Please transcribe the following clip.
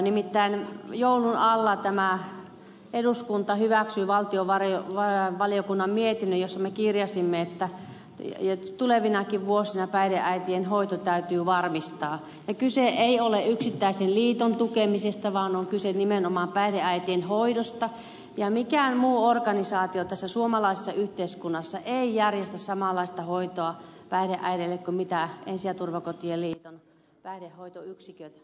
nimittäin joulun alla tämä eduskunta hyväksyi valtiovarainvaliokunnan mietinnön jossa me kirjasimme että tulevinakin vuosina päihdeäitien hoito täytyy varmistaa ja kyse ei ole yksittäisen liiton tukemisesta vaan on kyse nimenomaan päihdeäitien hoidosta ja mikään muu organisaatio tässä suomalaisessa yhteiskunnassa ei järjestä samanlaista hoitoa päihdeäideille kuin ensi ja turvakotien liiton päihdehoitoyksiköt